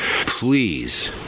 please